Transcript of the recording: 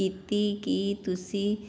ਕੀਤੀ ਕੀ ਤੁਸੀਂ